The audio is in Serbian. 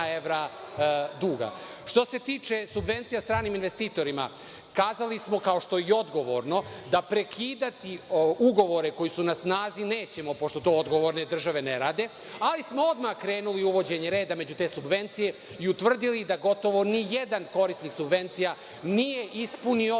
evra duga. Što se tiče subvencija stranim investitorima. Kazali smo, kao što je i odgovorno, da prekidati ugovore koji su na snazi nećemo, pošto to odgovorne države ne rade, ali smo odmah krenuli o uvođenju reda među te subvencije i utvrdili da gotovo nijedan korisnik subvencija nije ispunio